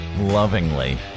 lovingly